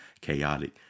chaotic